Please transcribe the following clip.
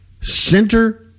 center